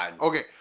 okay